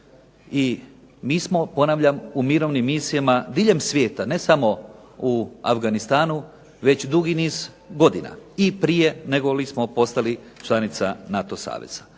I mi smo, ponavljam, u mirovnim misijama diljem svijeta ne samo u Afganistanu, već dugi niz godina. I prije negoli smo postali članica NATO saveza.